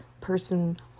person